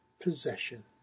possession